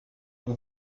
vous